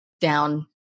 down